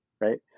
Right